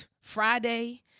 Friday